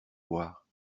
boire